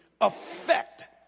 affect